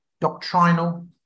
doctrinal